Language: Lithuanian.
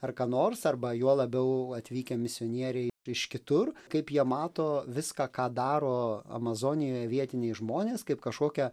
ar ką nors arba juo labiau atvykę misionieriai iš kitur kaip jie mato viską ką daro amazonijoj vietiniai žmonės kaip kažkokią